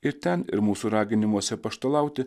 ir ten ir mūsų raginimuose apaštalauti